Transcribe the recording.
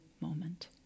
moment